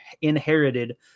inherited